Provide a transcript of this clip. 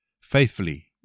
faithfully